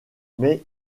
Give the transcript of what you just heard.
mais